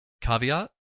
caveat